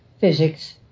Physics